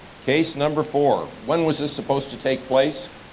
case number four. when was this supposed to take place?